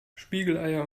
spiegeleier